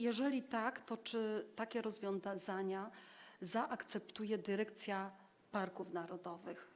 Jeżeli tak, to czy takie rozwiązania zaakceptuje dyrekcja parków narodowych?